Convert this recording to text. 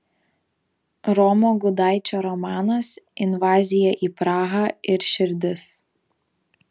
romo gudaičio romanas invazija į prahą ir širdis